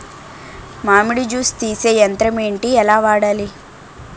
మామిడి జూస్ తీసే యంత్రం ఏంటి? ఎలా వాడాలి?